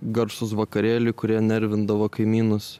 garsūs vakarėliai kurie nervindavo kaimynus